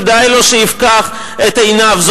כדאי לו שיפקח את עיניו.